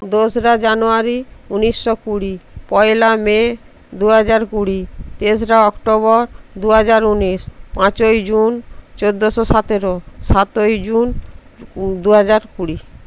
দোসরা জানুয়ারি উনিশশো কুড়ি পয়লা মে দুহাজার কুড়ি তেসরা অক্টোবর দুহাজার উনিশ পাঁচই জুন চৌদ্দশো সতেরো সাতই জুন দুহাজার কুড়ি